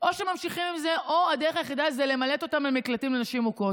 או שממשיכים עם זה או שהדרך היחידה זה למלט אותם למקלטים לנשים מוכות.